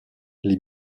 les